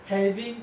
having